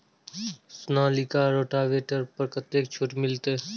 Sonalika rotavator पर कतेक छूट मिलते?